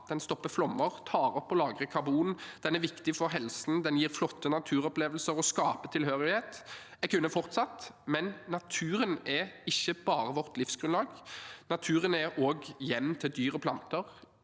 Den stopper flommer og tar opp og lagrer karbon. Den er viktig for helsen, den gir flotte naturopplevelser, og den skaper tilhørighet – jeg kunne ha fortsatt. Men naturen er ikke bare vårt livsgrunnlag. Naturen er også hjem for dyr og planter,